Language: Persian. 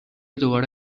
دوباره